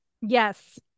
Yes